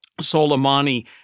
Soleimani